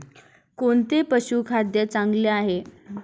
कोणते पशुखाद्य चांगले आहे?